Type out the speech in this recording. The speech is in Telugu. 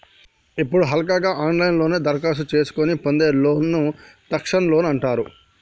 ఇప్పుడు హల్కగా ఆన్లైన్లోనే దరఖాస్తు చేసుకొని పొందే లోన్లను తక్షణ లోన్ అంటారు